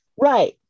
Right